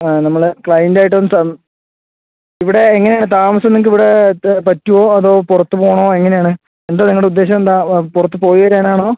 ആ നമ്മള് ക്ലയൻറ്റ് ആയിട്ട് ഒന്ന് ഇവിടെ എങ്ങനെയാ താമസം നിങ്ങൾക്ക് ഇവിടെ പറ്റുമോ അതോ പുറത്ത് പോകണോ എങ്ങനെ ആണ് എന്താ നിങ്ങളുടെ ഉദ്ദേശം എന്താ പുറത്ത് പോയി വരാൻ ആണോ